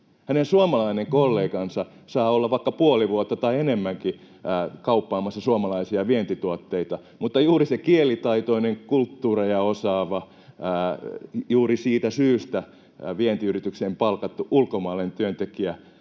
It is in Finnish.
Hänen suomalainen kollegansa saa olla vaikka puoli vuotta tai enemmänkin kauppaamassa suomalaisia vientituotteita, mutta juuri se kielitaitoinen, kulttuureja osaava, juuri siitä syystä vientiyritykseen palkattu ulkomaalainen työntekijä